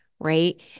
Right